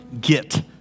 Get